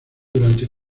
durante